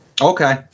Okay